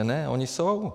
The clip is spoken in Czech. Ne, ony jsou.